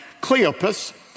Cleopas